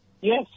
Yes